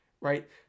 right